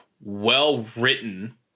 well-written